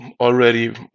already